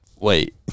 wait